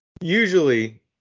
Usually